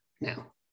now